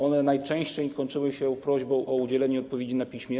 One najczęściej kończyły się prośbą o udzielenie odpowiedzi na piśmie.